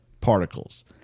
particles